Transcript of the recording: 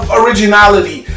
originality